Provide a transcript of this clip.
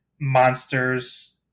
monsters